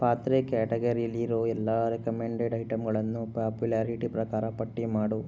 ಪಾತ್ರೆ ಕ್ಯಾಟಗರಿಲಿರೋ ಎಲ್ಲ ರೆಕಮೆಂಡೆಡ್ ಐಟಂಗಳನ್ನು ಪೊಪ್ಯೂಲಾರಿಟಿ ಪ್ರಕಾರ ಪಟ್ಟಿ ಮಾಡು